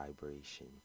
vibration